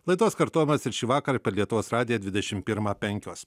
laidos kartojimas ir šįvakar per lietuvos radiją dvidešimt pirmą penkios